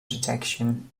detection